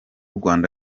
rwanda